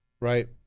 Right